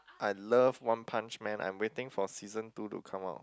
I love one punch man I'm waiting for season two to come out